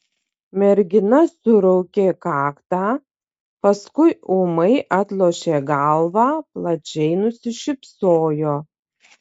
mergina suraukė kaktą paskui ūmai atlošė galvą plačiai nusišypsojo